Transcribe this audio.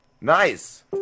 Nice